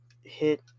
hit